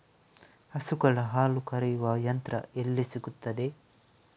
ಹಸುಗಳ ಹಾಲು ಕರೆಯುವ ಯಂತ್ರ ಎಲ್ಲಿ ಸಿಗುತ್ತದೆ?